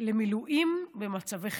למילואים במצבי חירום.